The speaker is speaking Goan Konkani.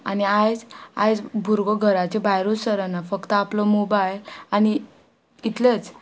आनी आयज आयज भुरगो घराचे भायरूच सरना फक्त आपलो मोबायल आनी इतलेच